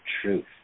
truth